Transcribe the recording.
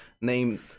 named